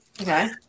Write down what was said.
Okay